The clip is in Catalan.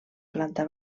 planta